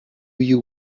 you